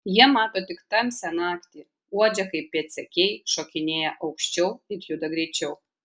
jie mato tik tamsią naktį uodžia kaip pėdsekiai šokinėja aukščiau ir juda greičiau